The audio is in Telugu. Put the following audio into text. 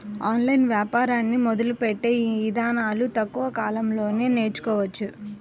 ఆన్లైన్ వ్యాపారాన్ని మొదలుపెట్టే ఇదానాలను తక్కువ కాలంలోనే నేర్చుకోవచ్చు